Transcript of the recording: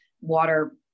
water